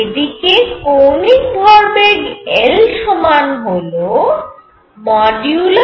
এদিকে কৌণিক ভরবেগ L সমান হল nn